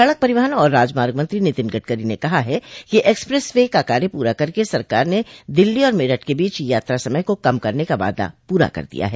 सड़क परिवहन और राजमार्ग मंत्री नितिन गडकरी ने कहा है कि एक्सप्रेस वे का कार्य पूरा करके सरकार ने दिल्ली और मेरठ के बीच यात्रा समय को कम करने का वादा पूरा कर दिया है